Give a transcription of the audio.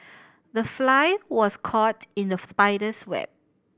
the fly was caught in the spider's web